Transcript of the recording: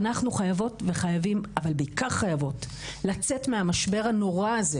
ואנחנו חייבות וחייבים אבל בעיקר חייבות לצאת מהמשבר הנושא הזה